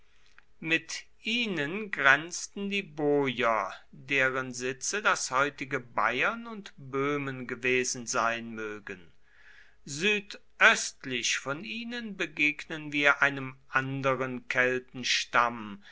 mit ihnen grenzten die boier deren sitze das heutige bayern und böhmen gewesen sein mögen südöstlich von ihnen begegnen wir einem anderen